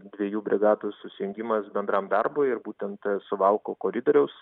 dviejų brigadų susijungimas bendram darbui ir būtent suvalkų koridoriaus